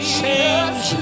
change